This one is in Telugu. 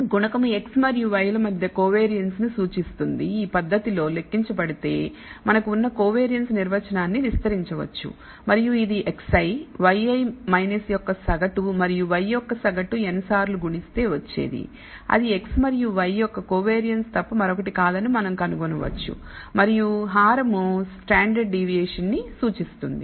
గుణకము x మరియు y ల మధ్య కోవియారిన్స్ ను సూచిస్తుంది ఈ పద్ధతిలో లెక్కించబడితే మనకు ఉన్న కోవియారిన్స్ నిర్వచనాన్ని విస్తరించవచ్చు మరియు ఇది xi yi x యొక్క సగటు మరియు y యొక్క సగటు n సార్లు గుణిస్తే వచ్చేది అది x మరియు y యొక్క కోవియారిన్స్ తప్ప మరొకటి కాదని మనం కనుగొనవచ్చు మరియు హారం standard deviation సూచిస్తుంది